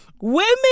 Women